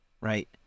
right